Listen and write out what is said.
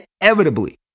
inevitably